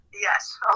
Yes